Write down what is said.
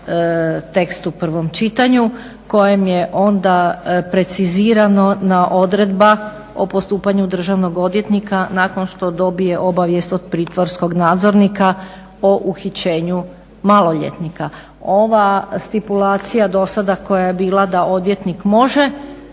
tekst u prvom čitanju kojem je onda precizirana odredba o postupanju državnog odvjetnika nakon što dobije obavijest od pritvorskog nadzornika o uhićenju maloljetnika. Ova stipulacija do sada koja je bila da odvjetnik može